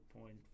point